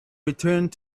returned